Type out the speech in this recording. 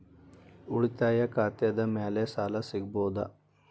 ಉಳಿತಾಯ ಖಾತೆದ ಮ್ಯಾಲೆ ಸಾಲ ಸಿಗಬಹುದಾ?